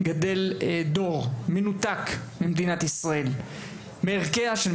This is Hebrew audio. גדל דור שמנותק ממדינת ישראל ומערכיה.